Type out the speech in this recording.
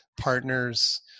partners